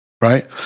right